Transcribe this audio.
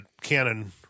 Canon